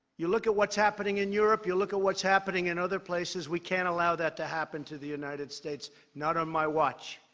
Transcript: you look at what's happening in europe, you look at what's happening in other places we can't allow that to happen to the united states. not on my watch.